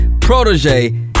protege